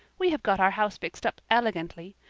we have got our house fixed up elegantly.